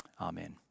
Amen